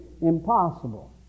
impossible